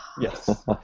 Yes